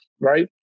Right